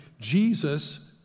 Jesus